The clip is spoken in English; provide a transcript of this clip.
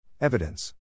Evidence